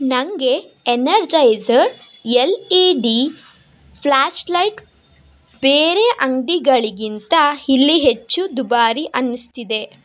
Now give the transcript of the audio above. ನನಗೆ Energizer L E D flashlight ಬೇರೆ ಅಂಗಡಿಗಳಿಗಿಂತ ಇಲ್ಲಿ ಹೆಚ್ಚು ದುಬಾರಿ ಅನ್ನಿಸ್ತಿದೆ